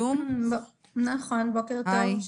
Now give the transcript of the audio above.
בוקר טוב.